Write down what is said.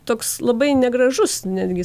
toks labai negražus netgi